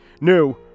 New